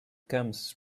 comes